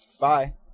Bye